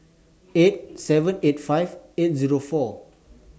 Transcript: eight seven eight five eight Zero four